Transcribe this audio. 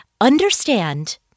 Understand